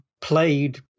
played